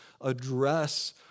address